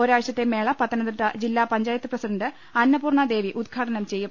ഒരാഴ്ചത്തെ മേള പത്തനംതിട്ട ജില്ലാ പഞ്ചായത്ത് പ്രസി ഡണ്ട് അന്നപൂർണ്ണദേവി ഉദ്ഘാടനം ചെയ്യും